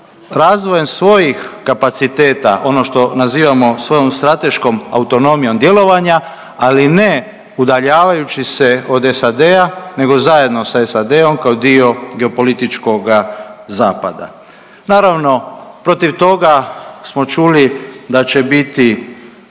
razvojem svojih kapaciteta ono što nazivamo svojom strateškom autonomijom djelovanja, ali ne udaljavajući se od SAD-a nego zajedno sa SAD-om kao dio geopolitičkoga zapada. Naravno protiv toga smo čuli da će biti